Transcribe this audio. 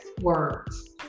words